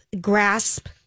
grasp